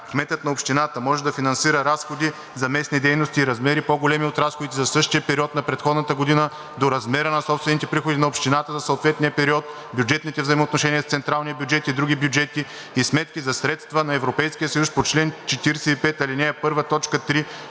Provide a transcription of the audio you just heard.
„Кметът на общината може да финансира разходи за местни дейности в размери, по-големи от разходите за същия период на предходната година, до размера на собствените приходи на общината за съответния период, бюджетните взаимоотношения с централния бюджет и с други бюджети и сметки за средства от Европейския съюз по чл. 45, ал. 1,